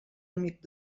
amic